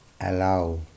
allow